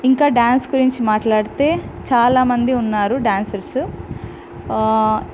ఇంకా డ్యాన్స్ గురించి మాట్లాడితే చాలామంది ఉన్నారు డ్యాన్సర్స్